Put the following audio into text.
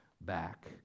back